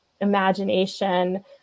imagination